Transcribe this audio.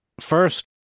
First